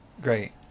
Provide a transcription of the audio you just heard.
great